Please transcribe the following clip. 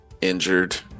injured